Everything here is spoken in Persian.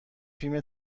فیلم